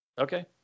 Okay